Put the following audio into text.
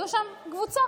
הייתה שם קבוצה,